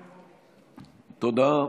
תודה.